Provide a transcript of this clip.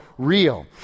real